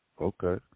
Okay